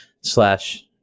slash